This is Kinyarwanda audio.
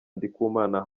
ndikumana